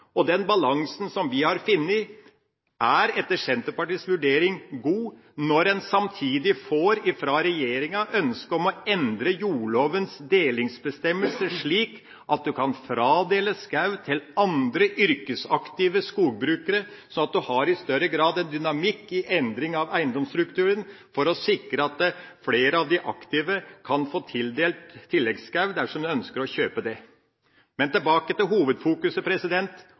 diskusjon. Den balansen vi har funnet, er etter Senterpartiets vurdering god når en samtidig får ønske fra regjeringa om å endre jordlovens delingsbestemmelse, slik at en kan fradele skog til andre yrkesaktive skogbrukere. Da har en i større grad en dynamikk i endringen av eiendomsstrukturen for å sikre at flere av de aktive kan få tildelt tilleggsskog dersom en ønsker å kjøpe det. Men tilbake til hovedfokuset: